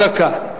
קח את הזמן שלי.